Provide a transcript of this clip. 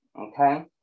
okay